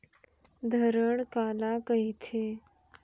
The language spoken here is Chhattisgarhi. धरण काला कहिथे?